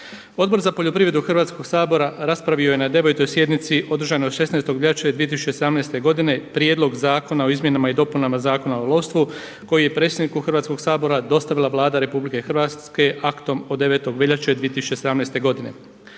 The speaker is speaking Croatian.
Odbor za poljoprivredu Hrvatskog sabora raspravio je na 9. sjednici održanoj 16. veljače 2017. godine Prijedlog zakona o izmjenama i dopunama Zakona o lovstvu koji je predsjedniku Hrvatskog sabora dostavila Vlada RH aktom od 9. veljače 2017. godine.